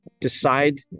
Decide